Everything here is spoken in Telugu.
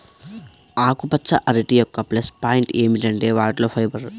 ఆకుపచ్చ అరటి యొక్క ప్లస్ పాయింట్ ఏమిటంటే వాటిలో ఫైబర్